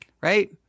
Right